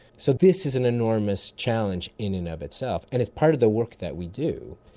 so this is an enormous challenge in and of itself, and it's part of the work that we do,